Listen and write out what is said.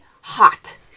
hot